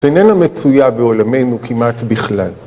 ‫שאיננה מצויה בעולמנו כמעט בכלל.